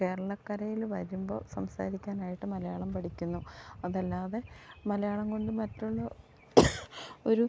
കേരളക്കരയിൽ വരുമ്പം സംസാരിക്കാനായിട്ട് മലയാളം പഠിക്കുന്നു അതല്ലാതെ മലയാളം കൊണ്ട് മറ്റുള്ള ഒരു